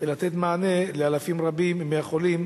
ולתת מענה לאלפים רבים מהחולים,